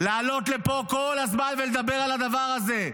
לעלות לפה כל הזמן ולדבר על הדבר הזה.